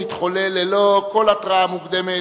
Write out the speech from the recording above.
מתחולל ללא כל התרעה מוקדמת,